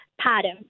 pattern